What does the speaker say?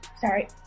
sorry